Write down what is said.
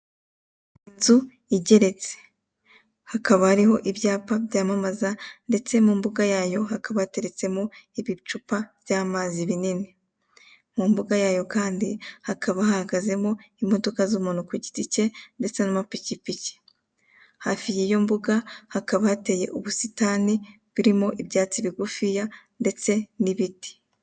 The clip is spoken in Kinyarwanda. Inzu igeretse, hakaba hariho ibyapa byamamaza ndetse mu mbuga yayo hakaba hateretsemo ibicupa by'amazi binini. Mu mbuga yayo kandi hakaba hahagazemo imodoka z'umuntu ku giti cye ndetse n'amapikipiki. Hafi y'iyo mbuga hakaba hateye ubusitani burimo ibyatsi bigufiya ndetse n'ibiti.